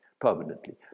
permanently